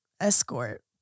escort